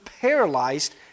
paralyzed